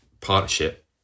partnership